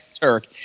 Turk